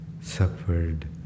suffered